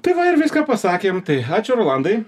tai va ir viską pasakėm tai ačiū rolandai